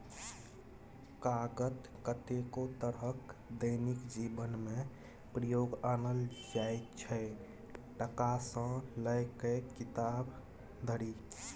कागत कतेको तरहक दैनिक जीबनमे प्रयोग आनल जाइ छै टका सँ लए कए किताब धरि